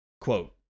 quote